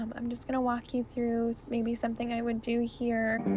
um i'm just gonna walk you through maybe something i would do here.